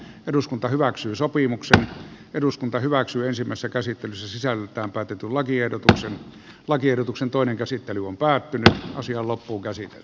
eduskunta hyväksyy sopimuksen eduskunta hyväksyy ensimmäistä käsittelyssä räpätetulla tiedot kansan lakiehdotuksen toinen käsittely on päättynyt ja asia on loppuunkäsitelty